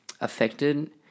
Affected